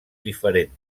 diferent